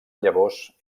llavors